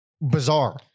bizarre